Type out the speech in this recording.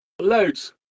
loads